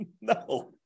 No